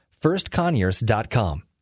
firstconyers.com